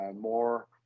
more